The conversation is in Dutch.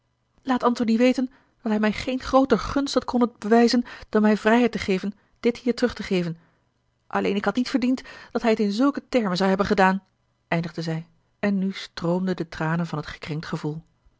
laat antony weten dat hij mij geen grooter gunst had konnen bewijzen dan mij vrijheid te geven dit hier terug te zenden alleen ik had niet verdiend dat hij het in zulke termen zou hebben gedaan eindigde zij en nu stroomden de tranen van t gekrenkt gevoel